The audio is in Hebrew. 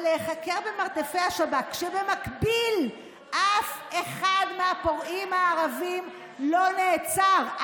אבל להיחקר במרתפי השב"כ כשבמקביל אף אחד מהפורעים הערבים לא נעצר,